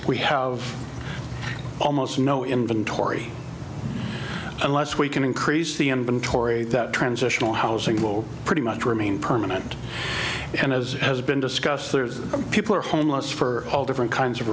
we have almost no inventory unless we can increase the inventory that transitional housing will pretty much remain permanent and as has been discussed there's people are homeless for all different kinds of